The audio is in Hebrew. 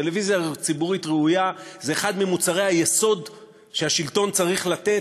טלוויזיה ציבורית ראויה זה אחד ממוצרי היסוד שהשלטון צריך לתת,